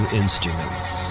instruments